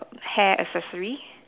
hair accessory